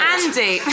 Andy